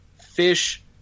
Fish